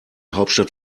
hauptstadt